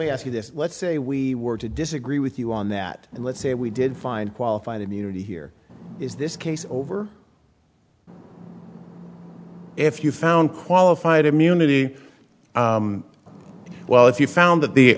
me ask you this let's say we were to disagree with you on that and let's say we did find qualified immunity here is this case over if you found qualified immunity well if you found that the